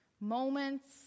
Moments